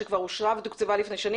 שכבר אושרה ותוקצבה לפני שנים,